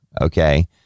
okay